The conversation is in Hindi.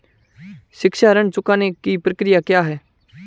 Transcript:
शिक्षा ऋण चुकाने की प्रक्रिया क्या है?